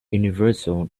universal